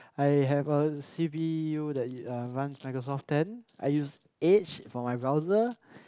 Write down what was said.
I have a c_p_u that runs Microsoft ten I use edge for my browser